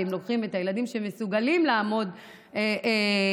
והם לוקחים את הילדים שמסוגלים לעמוד גם